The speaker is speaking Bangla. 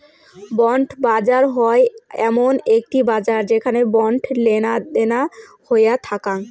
বন্ড বাজার হই এমন একটি বাজার যেখানে বন্ড লেনাদেনা হইয়া থাকাং